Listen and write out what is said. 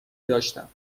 داشتم